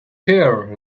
pear